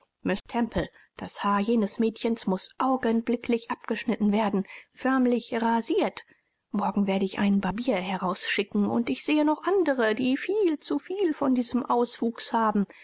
das haar jenes mädchens muß augenblicklich abgeschnitten werden förmlich rasiert morgen werde ich einen barbier herausschicken und ich sehe noch andere die viel zu viel von diesem auswuchs haben